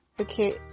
okay